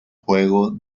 juego